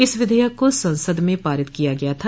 इस विधेयक को संसद में पारित किया गया था